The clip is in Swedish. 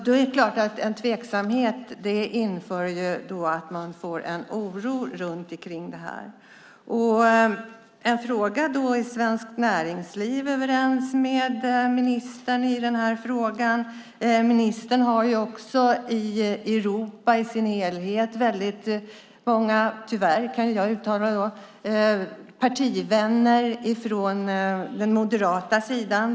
Det är klart att en tveksamhet medför att det blir en oro kring det här. En fråga: Är Svenskt Näringsliv överens med ministern i den här frågan? Ministern har ju också i hela Europa väldigt många, tyvärr, kan jag uttala, partivänner från den moderata sidan.